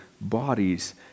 bodies